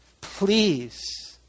Please